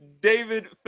David